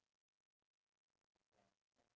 mm maybe ya